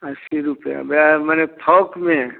अस्सी रुपये बै माने थोक में